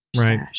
right